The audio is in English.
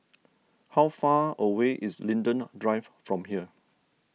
how far away is Linden Drive from here